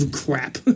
crap